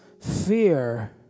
Fear